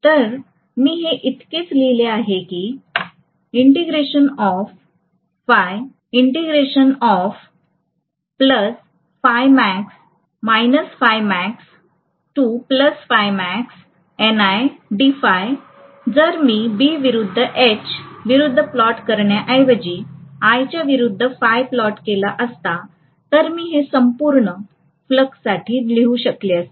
तर मी हे इतकेच लिहिले आहे की जर मी B विरूद्ध H विरूद्ध प्लॉट करण्याऐवजी I च्या विरूद्ध प्लॉट केला असता तर मी हे संपूर्ण फ्लक्ससाठी लिहू शकले असते